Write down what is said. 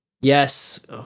Yes